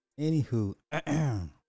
Anywho